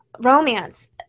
romance